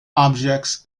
objects